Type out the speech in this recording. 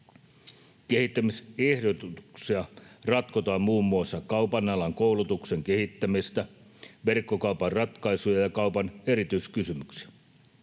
Kehittämisehdotuksissa ratkotaan muun muassa kaupan alan koulutuksen kehittämistä, verkkokaupan ratkaisuja ja kaupan erityiskysymyksiä.